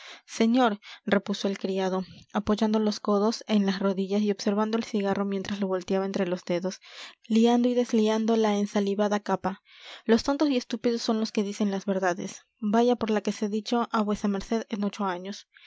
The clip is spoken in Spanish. señor repuso el criado apoyando los codos en las rodillas y observando el cigarro mientras lo volteaba entre los dedos liando y desliando la ensalivada capa los tontos y estúpidos son los que dicen las verdades vaya por las que he dicho a v m en ocho años